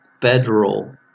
federal